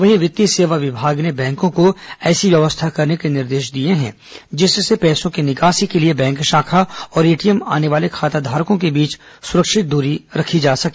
वहीं वित्तीय सेवा विमाग ने बैंकों को ऐसी व्यवस्था करने के निर्देश दिये हैं जिससे पैसों की निकासी के लिए बैंक शाखा और एटीएम आने वाले खाताधारकों के बीच सुरक्षित दरी रखी जा सके